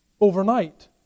overnight